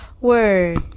word